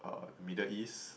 uh Middle East